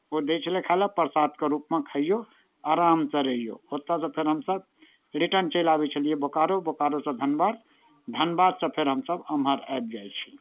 ओ दै छलै खाय लए परसादके रूपमे खैऔ आरामसँ रहियौ ओतयसँ फेर हमसभ रिटर्न चलि आबै छलियै बोकारो बोकारोसँ धनबाद धनबादसँ फेर हमसभ एम्हर आबि जाइ छलियै